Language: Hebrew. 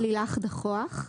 לילך דחוח,